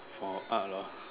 for art lor